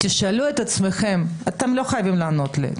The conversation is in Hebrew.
תשאלו את עצמכם בלב